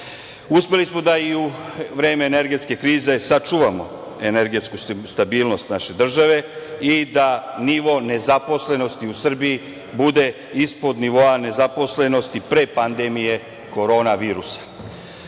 Uspeli smo da i u vreme energetske krize sačuvamo energetsku stabilnost naše države i da nivo nezaposlenosti u Srbiji bude ispod nivoa nezaposlenosti pre pandemije korona virusa. Uz